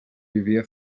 vivia